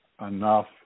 enough